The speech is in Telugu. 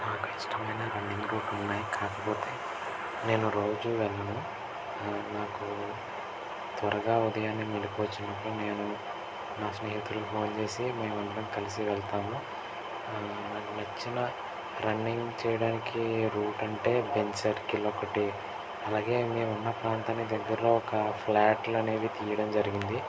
నాకు ఇష్టమైన రన్నింగ్ రూట్లు ఉన్నాయి కాకపోతే నేను రోజూ వెళ్ళను నాకు త్వరగా ఉదయాన్నే మెళుకువ వచ్చినప్పుడు నేను నా స్నేహితులు ఫోన్ చేసి మేమందరం కలిసి వెళ్తాము నాకు నచ్చిన రన్నింగ్ చేయడానికి రూట్ అంటే బెంజ్ సర్కిల్ ఒకటి అలాగే మేమున్న ప్రాంతానికి దగ్గరలో ఒక ఫ్లాట్లు అనేవి తీయడం జరిగింది